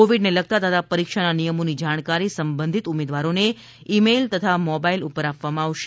કોવિડને લગતા તથા પરીક્ષાના નિયમોની જાણકારી સંબંધીત ઉમેદવારોને ઇ મેઇલ તથા મોબાઇલ ઉપર આપવામાં આવશે